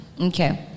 Okay